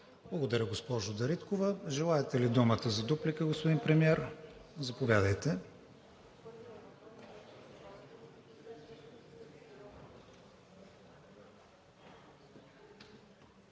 Благодаря, госпожо Дариткова. Желаете ли думата за дуплика, господин Премиер? Заповядайте.